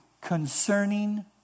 concerning